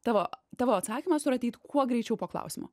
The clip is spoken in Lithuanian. tavo tavo atsakymas turi ateit kuo greičiau po klausimo